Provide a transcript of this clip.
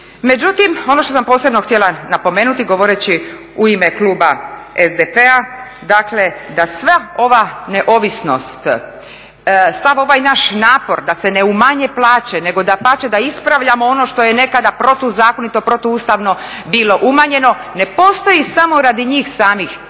Međutim, ono što sam posebno htjela napomenuti govoreći u ime kluba SDP-a, dakle da sva ova neovisnost, sav ovaj naš napor da se ne umanje plaće nego dapače da ispravljamo ono što je nekada protuzakonito, protuustavno bilo umanjeno ne postoji samo radi njih samih